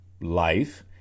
life